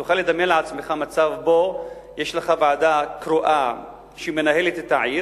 תוכל לדמיין לעצמך מצב שיש לך ועדה קרואה שמנהלת את העיר